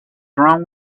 wrong